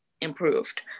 improved